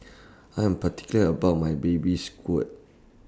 I Am particular about My Baby Squid